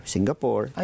Singapore